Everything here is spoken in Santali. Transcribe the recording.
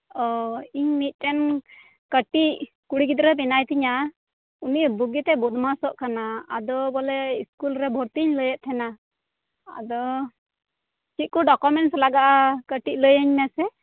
ᱚᱻ ᱤᱧ ᱢᱤᱫᱴᱮᱱ ᱠᱟᱹᱴᱤᱜ ᱠᱩᱲᱤ ᱜᱤᱫᱽᱨᱟᱹ ᱢᱮᱱᱟᱭ ᱛᱤᱧᱟ ᱩᱱᱤ ᱵᱩᱜᱤᱛᱮᱭ ᱵᱚᱫᱽᱢᱟᱥᱚᱜ ᱠᱟᱱᱟ ᱟᱫᱚ ᱵᱚᱞᱮ ᱤᱥᱠᱩᱞ ᱨᱮ ᱵᱷᱚᱨᱛᱤᱧ ᱞᱟᱹᱭᱮᱫ ᱛᱟᱦᱮᱸᱱᱟ ᱟᱫᱚ ᱪᱮᱫ ᱠᱚ ᱰᱳᱠᱳᱢᱮᱱᱴᱥ ᱞᱟᱜᱟᱜᱼᱟ ᱠᱟᱹᱴᱤᱡ ᱞᱟᱹᱭᱟᱹᱧ ᱢᱮᱥᱮ